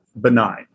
benign